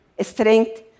strength